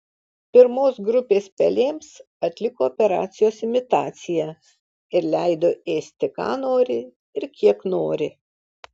pirmos grupės pelėms atliko operacijos imitaciją ir leido ėsti ką nori ir kiek nori